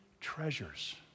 treasures